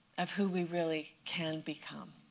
of who we really can become.